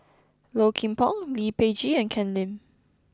Low Kim Pong Lee Peh Gee and Ken Lim